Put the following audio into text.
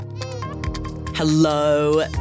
Hello